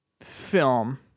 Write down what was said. film